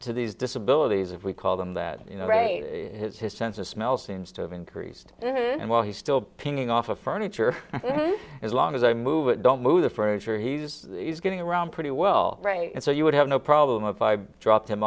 to these disabilities if we call them that you know his sense of smell seems to have increased and while he's still paying off the furniture as long as i move it don't move the furniture he's getting around pretty well right so you would have no problem if i dropped him